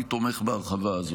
אני תומך בהרחבה הזאת.